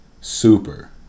Super